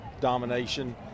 domination